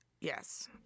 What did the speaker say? Yes